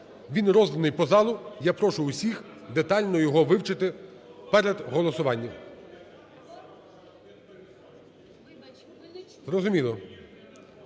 Він розданий по залу, я прошу усіх детально його вивчити перед голосуванням.